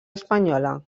espanyola